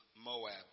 Moab